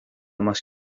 más